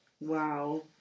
Wow